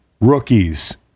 Rookies